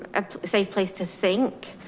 a safe place to think.